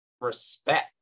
respect